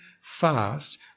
fast